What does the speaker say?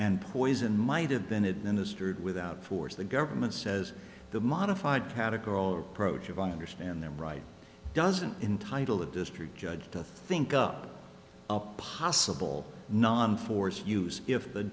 and poison might have been administered without force the government says the modified category or approach of i understand them right doesn't entitle a district judge to think up a possible non force use if the